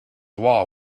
wall